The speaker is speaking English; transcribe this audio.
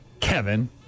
Kevin